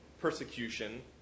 persecution